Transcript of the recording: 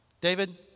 David